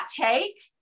take